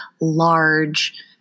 large